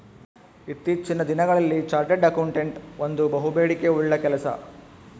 ಇತ್ತೀಚಿನ ದಿನಗಳಲ್ಲಿ chartered accountant ಒಂದು ಬಹುಬೇಡಿಕೆ ಉಳ್ಳ ಕೆಲಸ